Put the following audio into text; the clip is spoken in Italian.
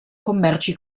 commerci